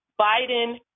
Biden